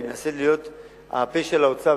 אני מנסה להיות הפה של האוצר,